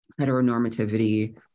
heteronormativity